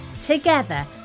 Together